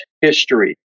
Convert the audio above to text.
history